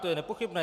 To je nepochybné.